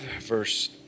verse